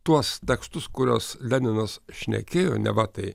tuos tekstus kuriuos leninas šnekėjo neva tai